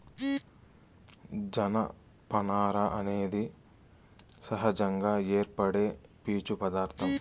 జనపనార అనేది సహజంగా ఏర్పడే పీచు పదార్ధం